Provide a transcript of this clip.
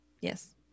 Yes